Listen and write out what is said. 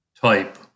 type